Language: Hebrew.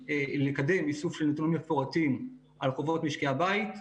לקדם איסוף של נתונים מפורטים על חובות משקי הבית,